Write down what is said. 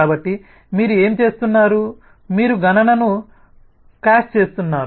కాబట్టి మీరు ఏమి చేస్తున్నారు మీరు గణనను కాష్ చేస్తున్నారు